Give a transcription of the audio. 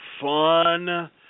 fun